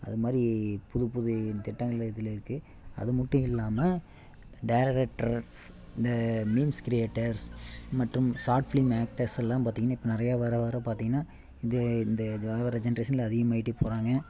அது மாதிரி புது புது திட்டங்கள் இதில் இருக்குது அது மட்டும் இல்லாமல் டேரெரெக்டரஸ் இந்த மீம்ஸ் கிரியேடர்ஸ் மட்டும் ஷார்ட் ஃப்லிம் ஆக்டர்ஸ் எல்லாம் பார்த்திங்கன்னா இப்போ நிறையா வர வர பார்த்திங்கன்னா இது இந்த இது வளந்து வர ஜென்ரேஷன்ல அதிகமாகிட்டே போகிறாங்க